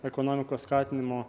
ekonomikos skatinimo